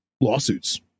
Lawsuits